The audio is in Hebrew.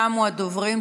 תמו הדוברים.